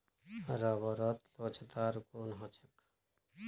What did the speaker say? रबरत लोचदार गुण ह छेक